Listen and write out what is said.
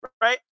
right